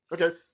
Okay